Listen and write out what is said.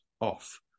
off